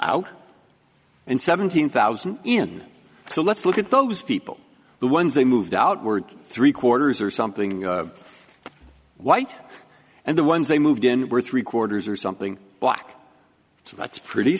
out and seventeen thousand in so let's look at those people the ones they moved outward three quarters or something white and the ones they moved in were three quarters or something black so that's pretty